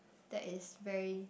that is very